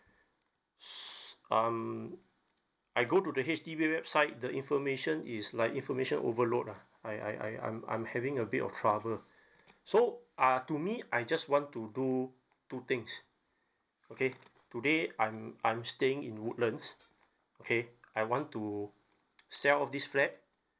s~ um I go to the H_D_B website the information is like information overload ah I I I I'm I'm having a bit of trouble so uh to me I just want to do two things okay today I'm I'm staying in woodlands okay I want to sell off this flat